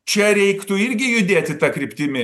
čia reiktų irgi judėti ta kryptimi